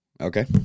Okay